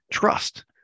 Trust